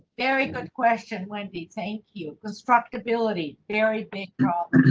very good question, wendy thank you. constructability very big problem.